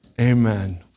Amen